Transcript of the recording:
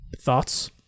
Thoughts